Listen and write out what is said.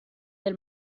nel